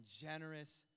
generous